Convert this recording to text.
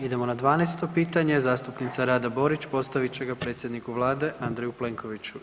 Idemo na 12-to pitanje, zastupnica Rada Borić postavit će ga predsjedniku Vlade Andreju Plenkoviću.